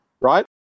right